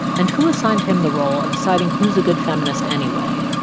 and who assigned him the role of deciding who's a good feminist anyway?